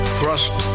Thrust